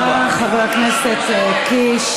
תודה רבה, חבר הכנסת קיש.